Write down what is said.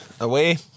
away